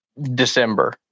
december